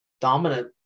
Dominant